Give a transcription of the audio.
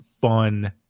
fun